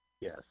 Yes